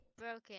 broken